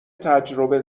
تجربه